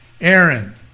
Aaron